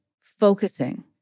focusing